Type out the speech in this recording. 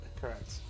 Correct